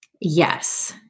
Yes